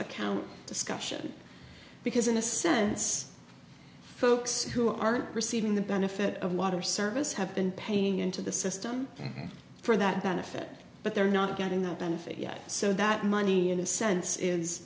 account discussion because in a sense folks who aren't receiving the benefit of water service have been paying into the system for that benefit but they're not getting that benefit yet so that money in a sense is